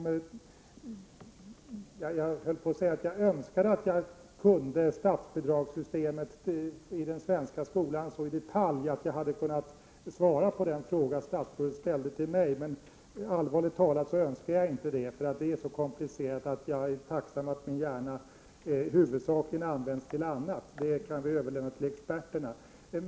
Jag höll på att säga att jag önskade att jag kände till statsbidragsreglerna för den svenska skolan så i detalj att jag hade kunnat svara på den fråga som statsrådet ställde till mig, men allvarligt talat önskar jag inte det. Systemet är så komplicerat att jag är tacksam över att min hjärna huvudsakligen används till annat. Sådana frågor kan vi överlämna till experterna.